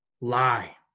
lie